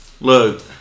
Look